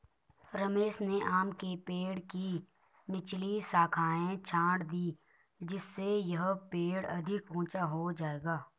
रमेश ने आम के पेड़ की निचली शाखाएं छाँट दीं जिससे यह पेड़ अधिक ऊंचा हो जाएगा